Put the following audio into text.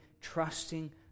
trusting